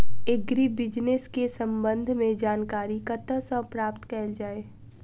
Agri business केँ संबंध मे जानकारी कतह सऽ प्राप्त कैल जाए?